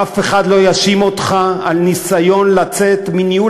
אף אחד לא יאשים אותך על ניסיון לצאת מניהול